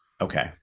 Okay